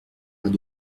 deux